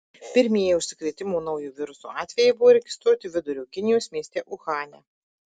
pirmieji užsikrėtimo nauju virusu atvejai buvo registruoti vidurio kinijos mieste uhane